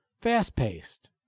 Fast-paced